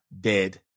dead